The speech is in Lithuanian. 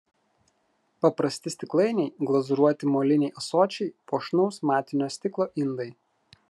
paprasti stiklainiai glazūruoti moliniai ąsočiai puošnaus matinio stiklo indai